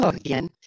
Again